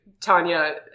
Tanya